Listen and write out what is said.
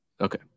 Okay